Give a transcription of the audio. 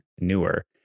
newer